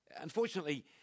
unfortunately